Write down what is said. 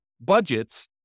budgets